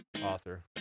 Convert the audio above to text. Author